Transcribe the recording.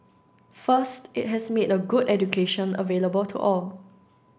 first it has made a good education available to all